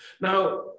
Now